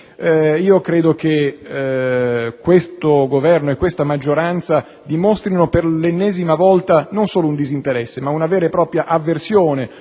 Credo che questo Governo e questa maggioranza dimostrino per un'ennesima volta non solo un disinteresse ma una vera e propria avversione,